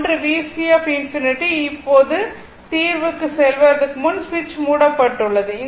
ஒன்று VC∞ இப்போது தீர்வுக்கு செல்வதற்கு முன் சுவிட்ச் மூடப்பட்டுள்ளது